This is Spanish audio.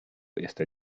está